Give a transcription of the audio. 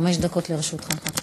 חמש דקות לרשותך.